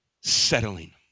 settling